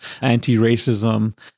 anti-racism